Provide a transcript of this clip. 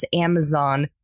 Amazon